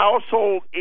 household